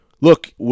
look